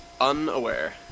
Unaware